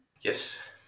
Yes